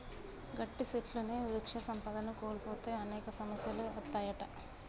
గట్టి సెట్లుని వృక్ష సంపదను కోల్పోతే అనేక సమస్యలు అత్తాయంట